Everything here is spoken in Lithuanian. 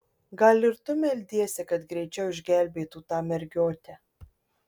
gal ir tu meldiesi kad greičiau išgelbėtų tą mergiotę